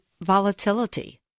volatility